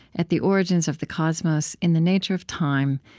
at the origins of the cosmos, in the nature of time,